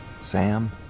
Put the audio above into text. Sam